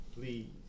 Please